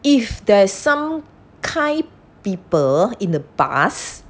if there's some kind people in the past